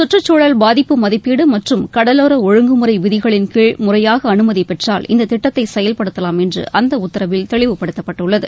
கற்றுக்சூழல் பாதிப்பு மதிப்பீடு மற்றும் கடலோர ஒழுங்குமுறை விதிகளின் கீழ் முறையாக அனுமதி பெற்றால் இந்த திட்டத்தை செயல்படுத்தலாம் என்று அந்த உத்தரவில் தெளிவுபடுத்தப்பட்டுள்ளது